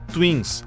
Twins